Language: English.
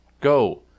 Go